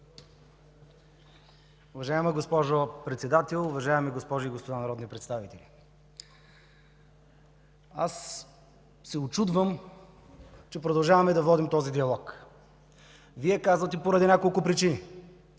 Уважаема госпожо Председател, уважаеми госпожи и господа народни представители! Учудвам се, че продължаваме да водим този диалог. Вие казвате „поради няколко причини”.